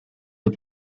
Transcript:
the